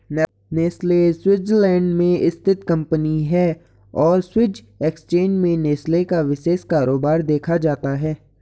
Nestle Switzerland में स्थित company है और स्विस एक्सचेंज में नेस्ले का विशेष कारोबार देखा जाता है